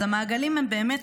אז המעגלים הם באמת